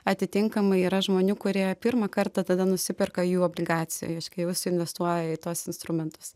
atitinkamai yra žmonių kurie pirmą kartą tada nusiperka jų obligacijų reiškia jau suinvestuoja į tuos instrumentus